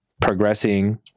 progressing